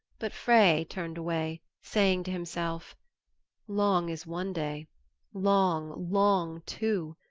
but frey turned away, saying to himself long is one day long, long two.